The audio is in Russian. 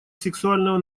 сексуального